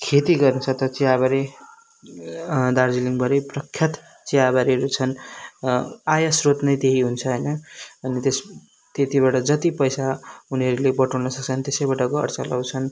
खेती गर्नु छ त चियाबारी दार्जिलिङबाट प्रख्यात चियाबारीहरू छन् आय स्रोत नै त्यही हुन्छ होइन अनि त्यस त्यतिबाट जति पैसा उनीहरूले बटुल्न सक्छन् त्यसबाट घर चलाउँछन्